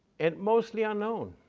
and mostly unknown.